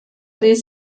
ließ